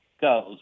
goes